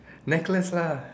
necklace lah